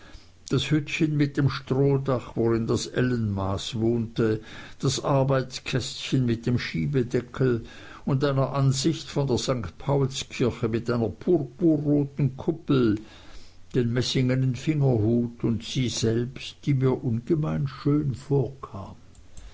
das hüttchen mit dem strohdach worin das ellenmaß wohnte das arbeitskästchen mit dem schiebedeckel und einer ansicht darauf von der st paulskirche mit einer purpurroten kuppel den messingnen fingerhut und sie selbst die mir ungemein schön vorkam